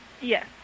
Yes